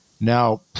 Now